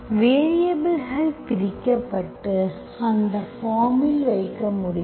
வேரியபல்கள் பிரிக்கப்பட்டு அந்த பார்ம் இல் வைக்க முடியும்